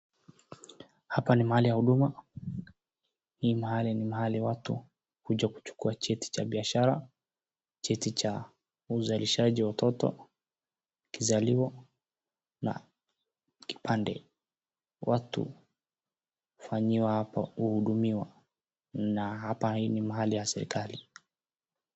Hapa ni mahali ya huduma, hii mahali ni mahali watu hukuja kuchukua cheti cha biashara, cheti cha uzalishaji watoto wakizaliwa na kipande. Watu uhudumiwa hapa na hapa ni mahali ya serikali.